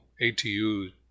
ATU